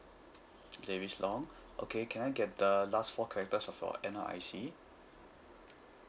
davis long okay can I get the last four characters of your N_R_I_C